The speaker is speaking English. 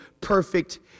perfect